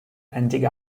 ending